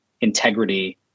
integrity